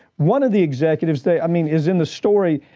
one of the executives, they, i mean is in the story,